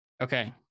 okay